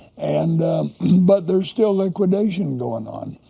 and but there's still liquidation going on.